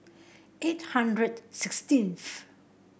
eight hundred sixteenth